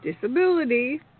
disability